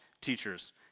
teachers